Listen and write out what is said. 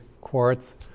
quartz